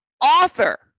author